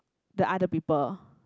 the other people